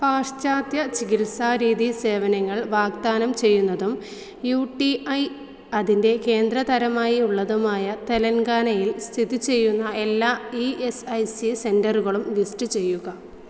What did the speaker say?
പാശ്ചാത്യ ചികിത്സാരീതി സേവനങ്ങൾ വാഗ്ദാനം ചെയ്യുന്നതും യു ടി ഐ അതിൻ്റെ കേന്ദ്രതരമായി ഉള്ളതുമായ തെലങ്കാനയിൽ സ്ഥിതി ചെയ്യുന്ന എല്ലാ ഇ എസ് ഐ സി സെൻററുകളും ലിസ്റ്റ് ചെയ്യുക